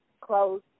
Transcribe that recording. close